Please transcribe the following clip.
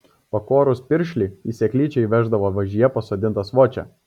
pakorus piršlį į seklyčią įveždavo važyje pasodintą svočią